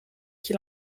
qui